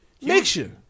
Mixture